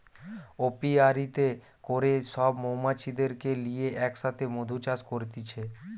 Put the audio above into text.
অপিয়ারীতে করে সব মৌমাছিদেরকে লিয়ে এক সাথে মধু চাষ করতিছে